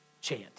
chant